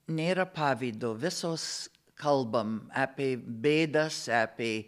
nėra pavydo visos kalbame apie bėdas apie